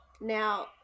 now